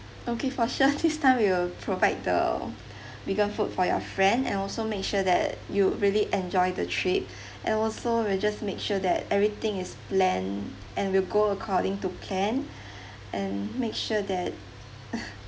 okay for sure this time we will provide the vegan food for your friend and also make sure that you really enjoy the trip and also we'll just make sure that everything is planned and will go according to plan and make sure that